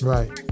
Right